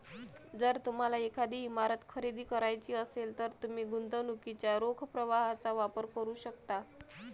जर तुम्हाला एखादी इमारत खरेदी करायची असेल, तर तुम्ही गुंतवणुकीच्या रोख प्रवाहाचा वापर करू शकता